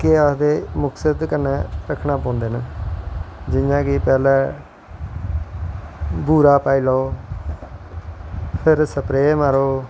केह् आखदोे मकसद कन्नैं रक्खनें पौंदे न जियां कि पैह्लैं बूरा पाई लैओ स्प्रे मारो